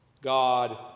God